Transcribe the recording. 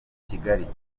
kigali